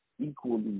equally